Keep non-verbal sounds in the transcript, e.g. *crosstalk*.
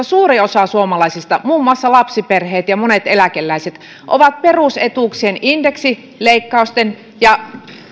*unintelligible* suuri osa suomalaisista muun muassa lapsiperheet ja monet eläkeläiset on perusetuuksien indeksileikkausten ja